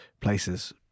places